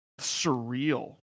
surreal